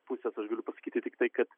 pusės aš galiu pasakyti tik tai kad